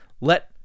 Let